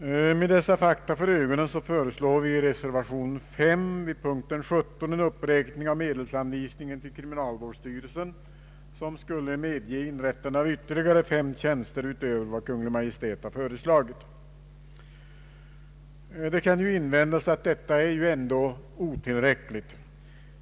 Med dessa fakta för ögonen föreslår vi i reservation a vid punkten 17 en uppräkning av medelsanvisningen till kriminalvårdsstyrelsen som skulle medge inrättande av ytterligare fem tjänster utöver vad Kungl. Maj:t föreslagit. Det kan naturligtvis invändas att detta ändå är otillräckligt.